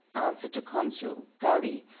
answered the consul, dully,